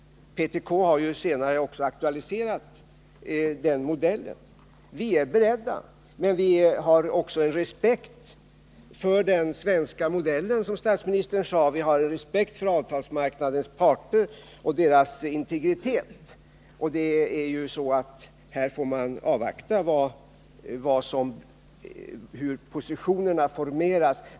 PTK har ju aktualiserat den modellen. Vi är beredda, men vi har också respekt för den svenska modellen, som statsministern sade. Vi har respekt för arbetsmarknadens parter och deras integritet. Här får man avvakta hur positionerna formeras.